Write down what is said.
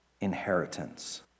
inheritance